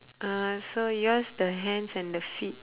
uh so yours the hands and the feet